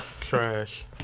Trash